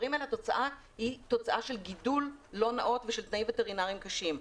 התוצאה היא תוצאה של גידול לא נאות ושל תנאים וטרינריים קשים.